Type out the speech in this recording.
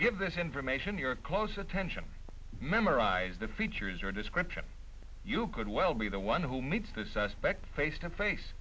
give this information your close attention memorize the features your description you could well be the one who needs the suspect face to face